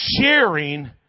sharing